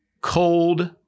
cold